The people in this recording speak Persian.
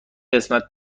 قسمت